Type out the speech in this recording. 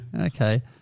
Okay